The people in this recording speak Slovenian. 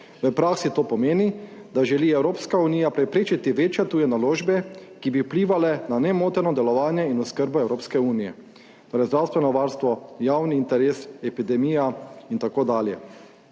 V praksi to pomeni, da želi Evropska unija preprečiti večje tuje naložbe, ki bi vplivale na nemoteno delovanje in oskrbo Evropske unije, torej, zdravstveno varstvo, javni interes, epidemija in tako dalje,